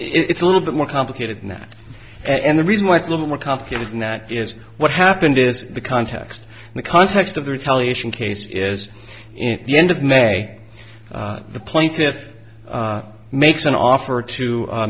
it's a little bit more complicated than that and the reason why it's a little more complicated than that is what happened is the context in the context of the retaliation case is in the end of may the plaintiffs makes an offer to